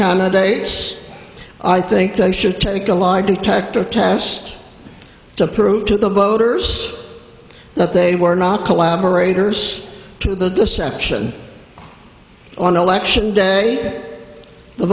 candidates i think they should take a lie detector test to prove to the voters that they were not collaborators to the deception on election day the